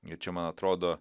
ir čia man atrodo